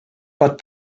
but